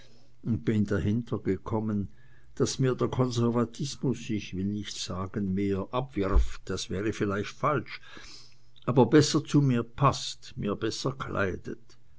und bin dahintergekommen daß mir der konservatismus ich will nicht sagen mehr abwirft das wäre vielleicht falsch aber besser zu mir paßt mir besser kleidet